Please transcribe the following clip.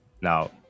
Now